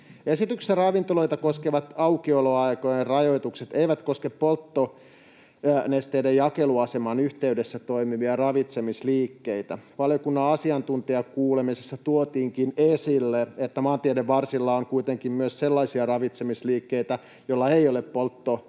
Esityksessä ravintoloita koskevat aukioloaikojen rajoitukset eivät koske polttonesteiden jakeluasemien yhteydessä toimivia ravitsemisliikkeitä. Valiokunnan asiantuntijakuulemisessa tuotiinkin esille, että maanteiden varsilla on kuitenkin myös sellaisia ravitsemisliikkeitä, joilla ei ole polttonesteiden